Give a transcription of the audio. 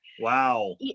Wow